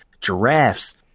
giraffes